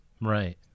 Right